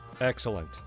Excellent